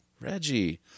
Reggie